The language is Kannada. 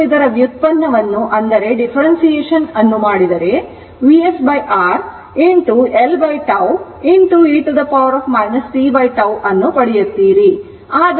ಆದ್ದರಿಂದ ನೀವು ಇದರ ವ್ಯುತ್ಪನ್ನವನ್ನು ಮಾಡಿದರೆ ನೀವು Vs R L τ e t tτ ಅನ್ನು ಪಡೆಯುತ್ತೀರಿ